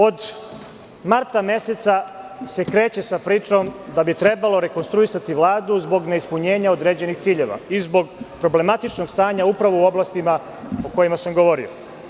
Od marta meseca se kreće sa pričom da bi trebalo rekonstruisati Vladu zbog neispunjenja određenih ciljeva i zbog problematičnog stanja upravo u oblastima o kojima sam govorio.